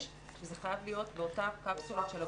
שזה חייב להיות באותן קפסולות של הבוקר.